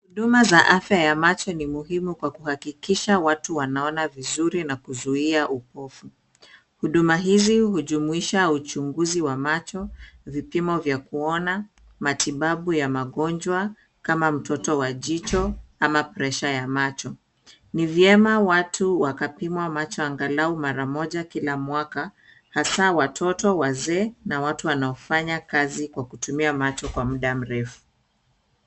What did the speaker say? Huduma za afya ya macho ni muhimu kwa kuhakikisha watu wanaona vizuri na kuzuia upofu. Huduma hizi hujumuisha uchunguzi wa macho, vipimo vya kuona, matibabu ya magonjwa kama mtoto wa jicho ama presha ya macho. Ni vyema watu wakapimwa macho angalau mara moja kila mwaka, hasaa watoto, wazee na watu wanaofanya kazi kwa kutumia macho kwa muda mrefu.